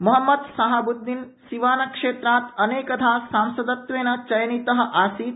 मोहम्मद शहाबुद्दीन सिवान क्षेत्रात् अनेकधा सांसदत्वेन चयनित अभवत्